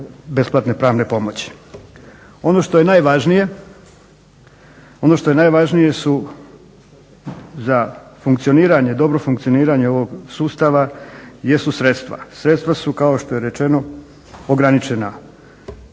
besplatne pravne pomoći. Ono što je najvažnije su za funkcioniranje, dobro funkcioniranje ovog sustava jesu sredstva. Sredstva su kao što je rečeno ograničena.